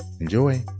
enjoy